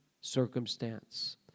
circumstance